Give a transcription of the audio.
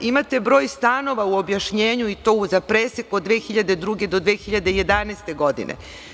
Imate broj stanova u objašnjenju, i to za presek od 2002. do 2011. godine.